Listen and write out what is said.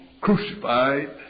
crucified